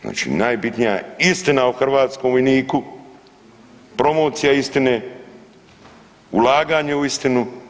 Znači, najbitnija je istina o hrvatskom vojniku, promocija istine, ulaganje u istinu.